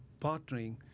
partnering